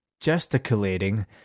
gesticulating